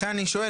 לכן אני שואל,